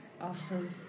awesome